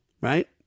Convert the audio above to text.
Right